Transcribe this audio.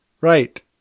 Right